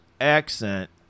accent